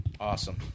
Awesome